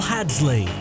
Hadsley